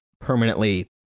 permanently